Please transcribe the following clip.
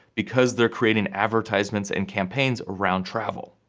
because they're creating advertisements and campaigns around travel.